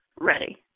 ready